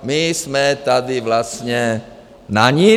My jsme tady vlastně na nic.